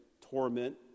torment